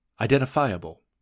identifiable